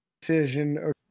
decision